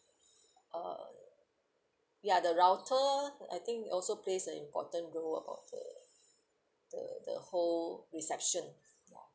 uh ya the router I think it also plays an important role of the the the whole reception